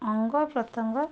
ଅଙ୍ଗ ପ୍ରତ୍ୟଙ୍ଗ